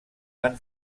han